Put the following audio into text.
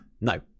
No